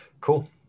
cool